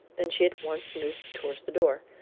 and she at once moved towards the door.